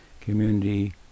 community